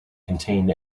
contained